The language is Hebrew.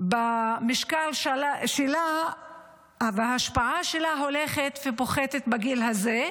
משקל המשפחה וההשפעה שלה הולכת ופוחתת בגיל הזה.